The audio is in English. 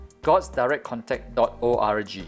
godsdirectcontact.org